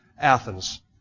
Athens